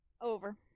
Over